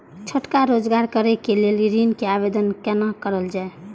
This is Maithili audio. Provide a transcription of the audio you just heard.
छोटका रोजगार करैक लेल ऋण के आवेदन केना करल जाय?